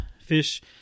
fish